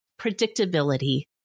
predictability